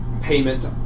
payment